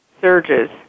surges